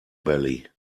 belly